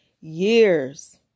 years